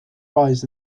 prize